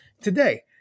today